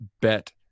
bet